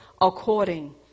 according